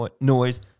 noise